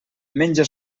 menja